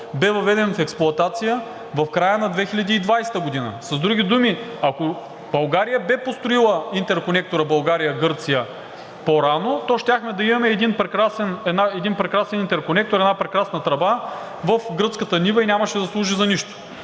бе въведен в експлоатация в края на 2020 г. С други думи, ако България бе построила интерконектора България – Гърция по-рано, то щяхме да имаме един прекрасен интерконектор, една прекрасна тръба в гръцката нива и нямаше да служи за нищо.